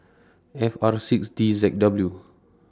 F R six D Z W